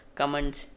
comments